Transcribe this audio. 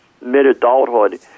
mid-adulthood